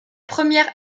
première